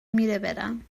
میره، برم